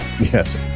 Yes